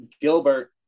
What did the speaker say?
Gilbert